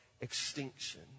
extinction